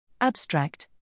Abstract